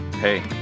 hey